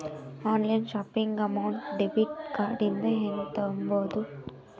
Online shopping amount debit card ಇಂದ ಹೆಂಗ್ ತುಂಬೊದು?